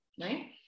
right